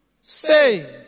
say